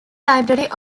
library